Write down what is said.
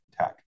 tech